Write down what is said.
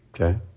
Okay